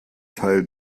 teil